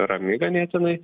rami ganėtinai